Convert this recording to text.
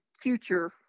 future